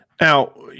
Now